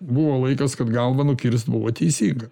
buvo laikas kad galvą nukirst buvo teisinga